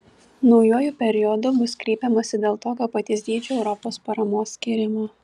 naujuoju periodu bus kreipiamasi dėl tokio paties dydžio europos paramos skyrimo